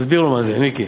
תסביר לו מה זה, מיקי.